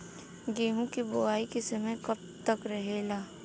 गेहूँ के बुवाई के समय कब तक रहेला?